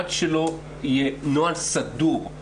עד שלא יהיה נוהל סדור,